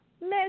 Miss